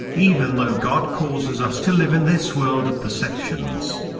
even though god causes us to live in this world of perceptions,